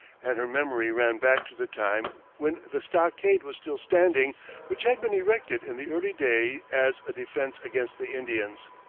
and her memory ran back to the time when the stockade was still standing which had been erected in the early day as a defense against the indians.